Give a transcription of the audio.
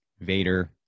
Vader